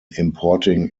importing